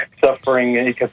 suffering